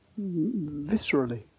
viscerally